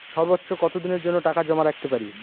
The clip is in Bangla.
সর্বোচ্চ কত দিনের জন্য টাকা জমা রাখতে পারি?